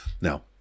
Now